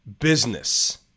business